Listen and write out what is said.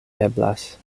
eblas